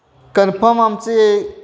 confirm आमचे